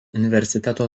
universiteto